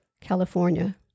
California